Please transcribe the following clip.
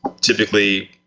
typically